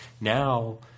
Now